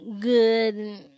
good